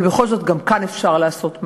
אבל בכל זאת, גם כאן אפשר לעשות מעשים.